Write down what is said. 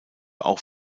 auch